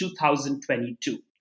2022